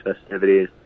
festivities